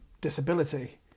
disability